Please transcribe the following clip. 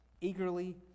eagerly